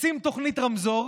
עושים תוכנית רמזור